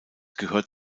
gehört